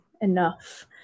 enough